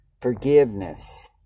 forgiveness